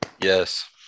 Yes